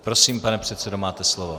Prosím, pane předsedo, máte slovo.